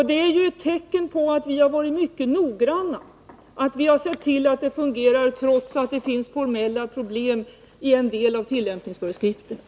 Det är ett tecken på att vi varit mycket noggranna, att vi sett till att det fungerar trots att det finns formella problem i en del av tillämpningsföreskrifterna.